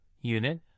unit